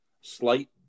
slight